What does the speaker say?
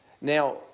Now